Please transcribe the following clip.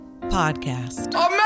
podcast